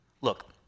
Look